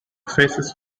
faces